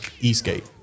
Eastgate